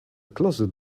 closet